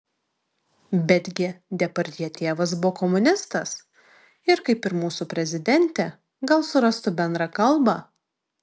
bet gi depardjė tėvas buvo komunistas ir kaip ir mūsų prezidentė gal surastų bendrą kalbą